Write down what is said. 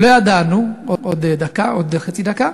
לא ידענו, עוד חצי דקה.